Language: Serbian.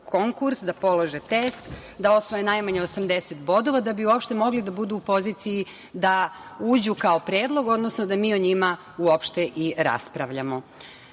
da polože test, da osvoje najmanje 80 bodova da bi uopšte mogli da budu u poziciji da uđu kao predlog, odnosno da mi o njima uopšte i raspravljamo. Na